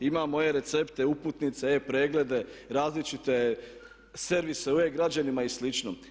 Imamo e-recepte, uputnice, e-preglede, različite servise u e-građanima i slično.